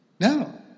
No